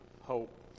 hope